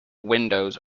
windows